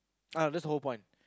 ah that's the whole point